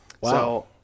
Wow